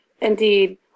indeed